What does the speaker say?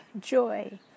joy